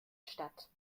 statt